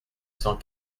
cent